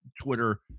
Twitter